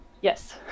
Yes